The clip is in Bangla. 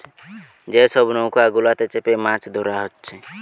যে সব নৌকা গুলাতে চেপে মাছ ধোরা হচ্ছে